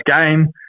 game